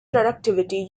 productivity